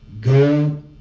go